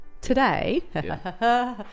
today